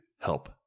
help